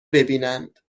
ببینند